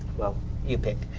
well you pick.